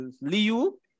Liu